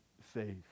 faith